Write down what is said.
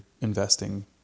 investing